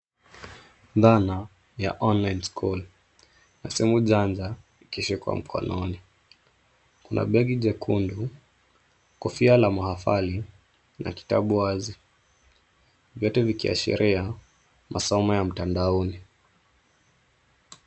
Dhana ya Online School na simu janja ikishikwa mkononi. Kuna begi jekundu, kofia la mahafali na kitabu wazi, vyote vikiashiria masomo ya mtandaoni